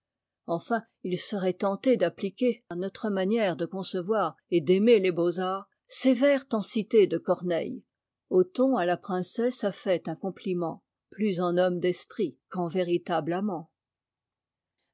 enfin ils seraient tentés d'appliquer à notre manière de concevoir et d'aimer les beaux-arts ces vers tant cités de corneille othon à la princesse a fait un compliment pfus en homme d'esprit qu'en